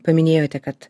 paminėjote kad